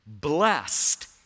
Blessed